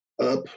up